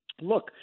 look